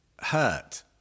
hurt